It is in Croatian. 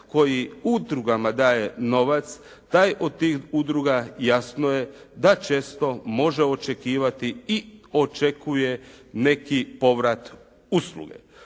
koji udrugama daje novac taj od tih udruga jasno je da često može očekivati i očekuje neki povrat usluge.